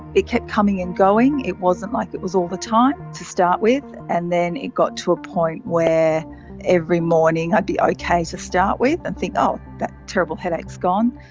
it kept coming and going. it wasn't like it was all the time to start with, and then it got to a point where every morning i'd be okay to start with and think, oh, that terrible headache is gone,